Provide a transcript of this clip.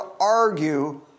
argue